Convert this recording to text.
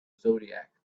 zodiac